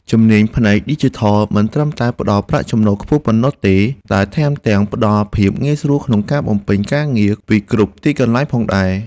ជំនាញផ្នែកឌីជីថលមិនត្រឹមតែផ្តល់ប្រាក់ចំណូលខ្ពស់ប៉ុណ្ណោះទេតែថែមទាំងផ្តល់ភាពងាយស្រួលក្នុងការបំពេញការងារពីគ្រប់ទីកន្លែងផងដែរ។